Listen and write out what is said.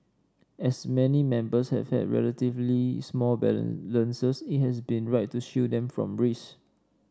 as many members have had relatively small balances it has been right to shield them from risk